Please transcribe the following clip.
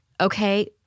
okay